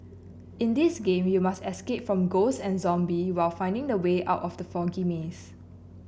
in this game you must escape from ghosts and zombie while finding the way out from the foggy maze